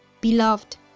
Beloved